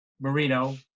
Marino